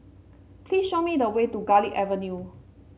please show me the way to Garlick Avenue